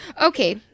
Okay